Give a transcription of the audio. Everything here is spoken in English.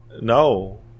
No